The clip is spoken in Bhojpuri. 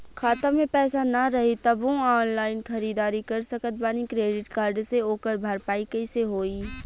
खाता में पैसा ना रही तबों ऑनलाइन ख़रीदारी कर सकत बानी क्रेडिट कार्ड से ओकर भरपाई कइसे होई?